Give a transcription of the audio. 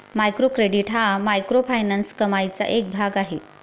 micro credit हा microfinance कमाईचा एक भाग आहे